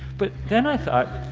but then i thought,